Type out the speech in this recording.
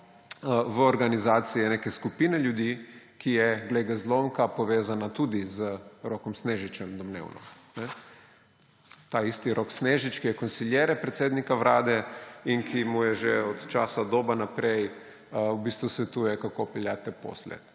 v organizacije neke skupine ljudi, ki so, glej ga zlomka, povezani tudi z Rokom Snežičem, domnevno. Taisti Rok Snežič, ki je consigliere predsednika Vlade in ki mu že od časa Doba naprej svetuje, kako peljati te posle.